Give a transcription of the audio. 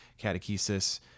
catechesis